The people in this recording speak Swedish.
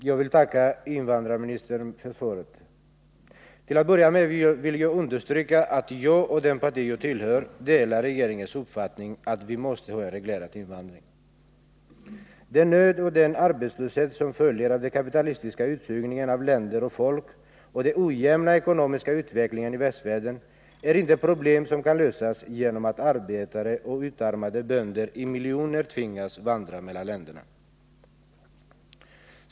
Herr talman! Jag vill tacka invandrarministern för svaret. Till att börja med vill jag understryka att jag och det parti jag tillhör delar regeringens uppfattning att vi måste ha en reglerad invandring. Den nöd och Kd den arbetslöshet som följer av den kapitalistiska utsugningen av länder och folk och den ojämna ekonomiska utvecklingen i västvärlden är inte problem som kan lösas genom att arbetare och utarmade bönder i miljoner tvingas vandra mellan länderna.